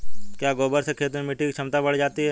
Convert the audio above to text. क्या गोबर से खेत में मिटी की क्षमता बढ़ जाती है?